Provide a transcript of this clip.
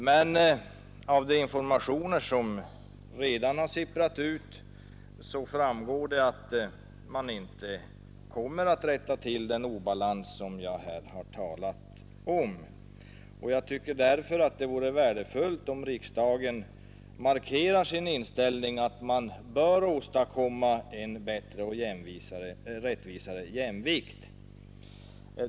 Men av de informationer som redan sipprat ut framgår att man inte kommer att rätta till den obalans jag här talat om. Därför vore det värdefullt om riksdagen markerar den inställningen att man bör åstadkomma en bättre jämvikt och därmed större rättvisa.